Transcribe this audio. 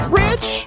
rich